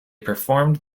performed